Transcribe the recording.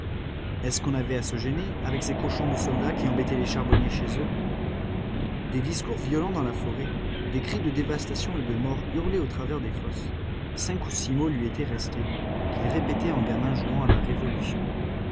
est-ce qu'on avait à se gêner avec ces cochons de soldats qui embêtaient les charbonniers chez eux des discours violents dans la forêt des cris de dévastation et de mort hurlés au travers des fosses cinq ou six mots lui étaient restés qu'il répétait en gamin jouant à la révolution